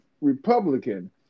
Republican